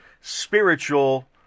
Spiritual